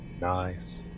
Nice